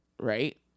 right